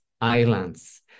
islands